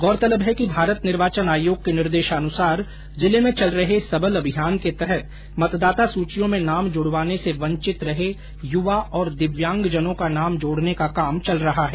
गौरतलब है कि भारत निर्वाचन आयोग के निर्देशानुसार जिले मे चल रहे सबल अभियान के तहत मतदाता सूचियों में नाम जुड़वाने से वंचित रहे युवा और दिव्यांगजनों का नाम जोड़ने का काम चल रहा है